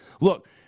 look